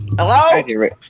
Hello